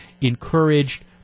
encouraged